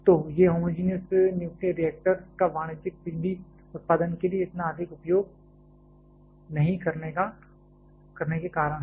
तो ये homogeneous nuclear reactor का वाणिज्यिक बिजली उत्पादन के लिए इतना अधिक उपयोग नहीं करने के कारण हैं